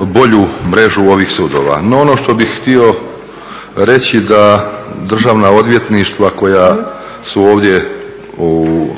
bolju mrežu ovih sudova. No, ono što bih htio reći da državna odvjetništva koja su ovdje u